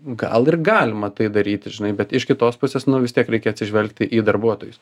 gal ir galima tai daryti žinai bet iš kitos pusės nu vis tiek reikia atsižvelgti į darbuotojus